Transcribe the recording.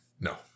No